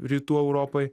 rytų europoj